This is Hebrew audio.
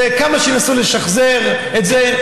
וכמה שינסו לשחזר את זה,